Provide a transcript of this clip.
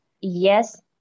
yes